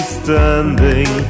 standing